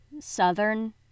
Southern